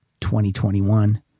2021